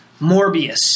Morbius